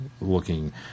looking